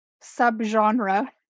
sub-genre